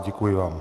Děkuji vám.